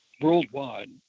worldwide